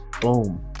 boom